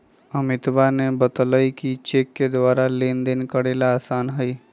अमितवा ने बतल कई कि चेक के द्वारा लेनदेन करे ला आसान हई